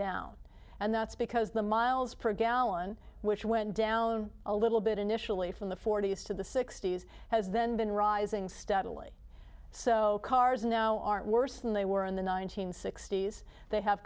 down and that's because the miles per gallon which went down a little bit initially from the forty's to the sixty's has then been rising steadily so cars now aren't worse than they were in the nine hundred sixty s they have